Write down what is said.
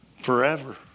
forever